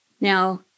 Now